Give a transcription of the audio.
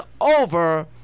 over